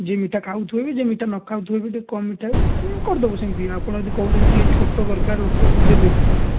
ଯିଏ ମିଠା ଖାଉଥିବ ବି ଯିଏ ମିଠା ନଖାଉଥିବ ବି ଟିକେ କମ୍ ମିଠା ହେଲେ ବି ଆମେ କରିଦେବୁ ସେମିତି ଆପଣ ଯଦି କହୁଛନ୍ତି ଟିକେ ଛୋଟ ଦରକାର ଲୋକଙ୍କୁ ଦେବେ